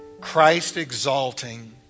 Christ-exalting